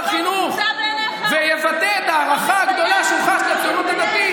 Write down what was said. חינוך ויבטא את ההערכה הגדולה בכך לציונות הדתית,